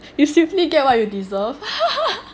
you simply get why you deserve